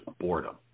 boredom